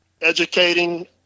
educating